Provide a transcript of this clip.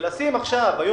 אני זוכר,